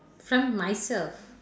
from myself